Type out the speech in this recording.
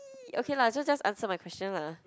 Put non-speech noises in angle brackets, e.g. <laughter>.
<noise> okay lah just just answer my question lah